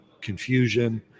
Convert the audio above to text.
confusion